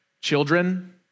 children